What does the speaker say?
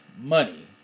money